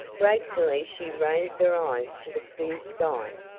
gratefully she raised her eyes to the clear sky.